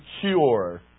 cure